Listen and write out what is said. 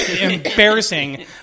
embarrassing